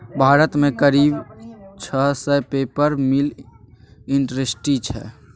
भारत मे करीब छह सय पेपर मिल इंडस्ट्री छै